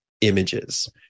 images